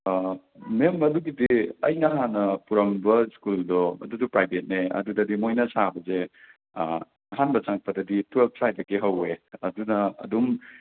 ꯃꯦꯝ ꯑꯗꯨꯒꯤꯗꯤ ꯑꯩꯅ ꯍꯥꯟꯅ ꯄꯨꯔꯝꯕ ꯁ꯭ꯀꯨꯜꯗꯣ ꯑꯗꯨꯁꯨ ꯄ꯭ꯔꯥꯏꯕꯦꯠꯅꯤ ꯑꯗꯨꯗꯗꯤ ꯃꯈꯣꯏꯅ ꯁꯥꯕꯁꯤ ꯑꯍꯥꯟꯕ ꯆꯪꯉꯛꯄꯗꯗꯤ ꯇ꯭ꯋꯦꯜ꯭ꯕ ꯁ꯭ꯋꯥꯏꯗꯒꯤ ꯍꯧꯏ ꯑꯗꯨꯅ ꯑꯗꯨꯝ ꯁ꯭ꯀꯨꯜꯒꯤ